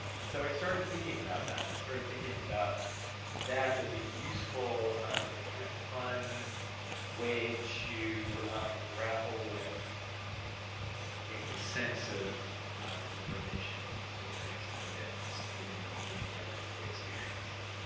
and so i started thinking about that, and i started thinking about that is a useful and kind of fun way to grapple with making sense of information, which is to transcode it, stick it in a medium you don't usually experience it.